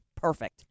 perfect